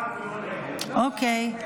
אוקיי.